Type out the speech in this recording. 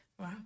wow